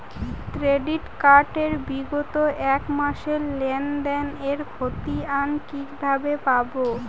Credit card এর বিগত এক মাসের লেনদেন এর ক্ষতিয়ান কি কিভাবে পাব?